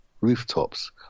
rooftops